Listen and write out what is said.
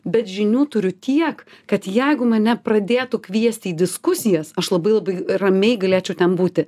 bet žinių turiu tiek kad jeigu mane pradėtų kviesti į diskusijas aš labai labai ramiai galėčiau ten būti